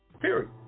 Period